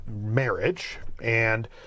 marriage—and